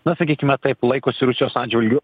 na sakykime taip laikosi rusijos atžvilgiu